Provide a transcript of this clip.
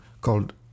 called